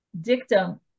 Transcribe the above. dictum